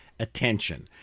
attention